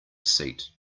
seat